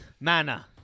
Mana